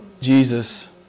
Jesus